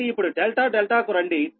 కాబట్టి ఇప్పుడు delta delta కు రండి